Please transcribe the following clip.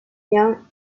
liens